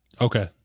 Okay